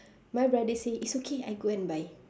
my brother say it's okay I go and buy